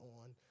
on